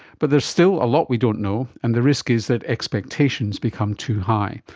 but there's still a lot we don't know and the risk is that expectations become too high.